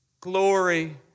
glory